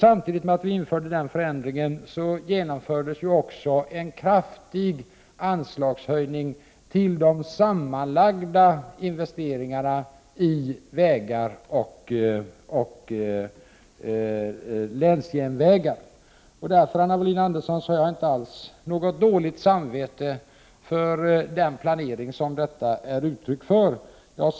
Samtidigt med att vi införde den förändringen genomfördes också en kraftig höjning av anslagen till de sammanlagda investeringarna i vägar och länsjärnvägar. Därför, Anna Wohlin-Andersson, har jag inte alls något dåligt samvete för den planering som är uttryck för detta.